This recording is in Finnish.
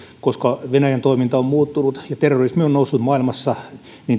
koska venäjän toiminta on muuttunut ja terrorismi on noussut maailmassa